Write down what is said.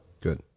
Good